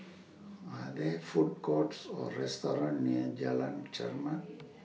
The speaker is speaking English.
Are There Food Courts Or restaurants near Jalan Chermat